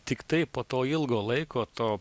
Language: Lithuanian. tiktai po to ilgo laiko to